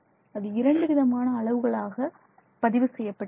அது இரண்டு விதமான அளவுகளாக பதிவு செய்யப்பட்டுள்ளது